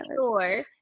sure